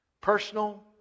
Personal